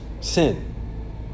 sin